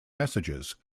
messages